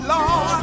Lord